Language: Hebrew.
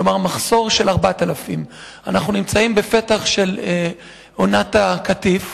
כלומר מחסור של 4,000. אנחנו בפתח של עונת הקטיף,